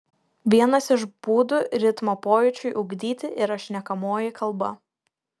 vienas iš būdų ritmo pojūčiui ugdyti yra šnekamoji kalba